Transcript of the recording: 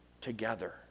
together